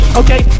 okay